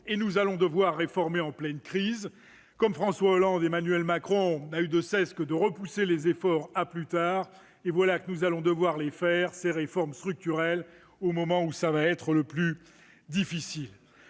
et nous allons devoir réformer en pleine crise. Comme François Hollande, Emmanuel Macron n'a eu de cesse de repousser les efforts à plus tard, et voilà que nous allons devoir faire ces réformes structurelles au moment où ce sera le plus difficile.